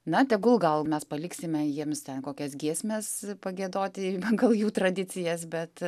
na tegul gal mes paliksime jiems ten kokias giesmes pagiedoti pagal jų tradicijas bet